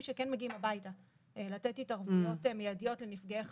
שכן מגיעים הביתה לתת התערבויות מיידית לנפגעי חרדה.